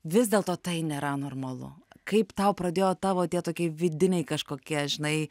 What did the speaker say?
vis dėlto tai nėra normalu kaip tau pradėjo tavo tie tokie vidiniai kažkokie žinai